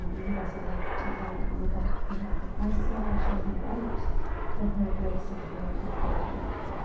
um we'd also like to thank on the but behalf of isaw shelby white for her great support of their work.